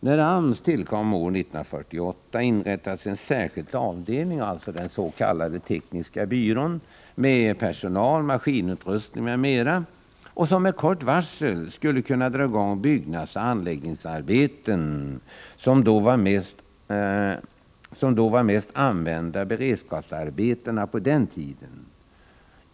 När AMS tillkom år 1948 inrättades en särskild avdelning, den s.k. tekniska byrån, med personal, maskinutrustning osv., som med kort varsel skulle kunna dra i gång byggnadsoch anläggningsarbeten — de mest använda beredskapsarbetena på den tiden.